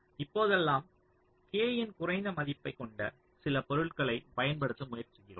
இப்போதெல்லாம் k இன் குறைந்த மதிப்பைக் கொண்ட சில பொருள்களைப் பயன்படுத்த முயற்சிக்கிறோம்